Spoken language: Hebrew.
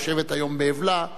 היושבת היום באבלה,